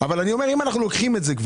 אומר אם אנחנו לוקחים את זה,